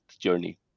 journey